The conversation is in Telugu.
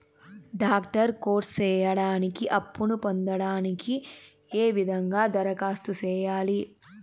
డాక్టర్ కోర్స్ సేయడానికి అప్పును పొందడానికి ఏ విధంగా దరఖాస్తు సేయాలి?